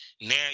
now